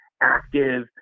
active